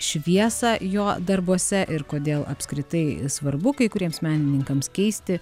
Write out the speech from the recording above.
šviesą jo darbuose ir kodėl apskritai svarbu kai kuriems menininkams keisti